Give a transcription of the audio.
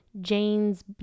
Jane's